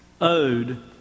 owed